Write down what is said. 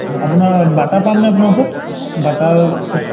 আপোনাৰ বাটা পামনে আপোনাৰ ওচৰত বাটা ছে